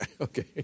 okay